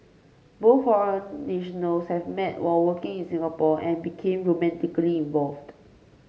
both foreign nationals had met while working in Singapore and become romantically involved